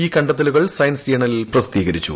ഈ കണ്ടെത്തലുകൾ സയൻസ് ജേണലിൽ പ്രസിദ്ധീകരിച്ചു